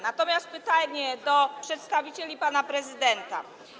Natomiast pytanie do przedstawicieli pana prezydenta.